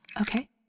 Okay